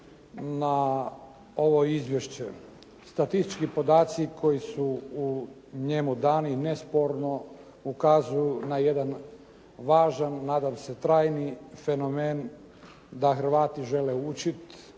na ovo izvješće. Statistički podaci koji su u njemu dani nesporno ukazuju na jedan važan, nadam se trajni fenomen, da Hrvati žele učiti,